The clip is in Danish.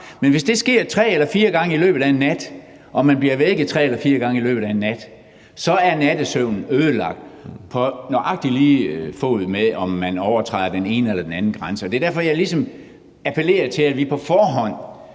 men hvis det sker tre eller fire gange i løbet af en nat, og man bliver vækket tre eller fire gange i løbet af en nat, så er nattesøvnen ødelagt på nøjagtig lige fod med, om man overtræder den ene eller den anden støjgrænse. Det er derfor, jeg ligesom appellerer til, at vi på forhånd